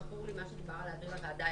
זכור לי מה שדובר על להעביר לוועדה.